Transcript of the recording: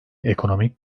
ekonomik